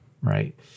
right